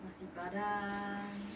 nasi padang